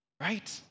right